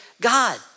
God